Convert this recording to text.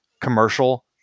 commercial